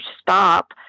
stop